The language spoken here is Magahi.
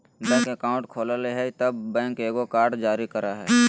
बैंक अकाउंट खोलय हइ तब बैंक एगो कार्ड जारी करय हइ